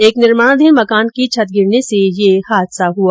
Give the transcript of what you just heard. एक निर्माणाधीन मकान की छत गिरने से ये हादसा हुआ